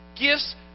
Gifts